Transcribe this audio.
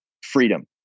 freedom